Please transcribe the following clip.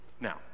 Now